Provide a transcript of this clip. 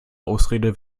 ausrede